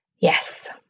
Yes